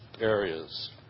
areas